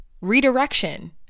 Redirection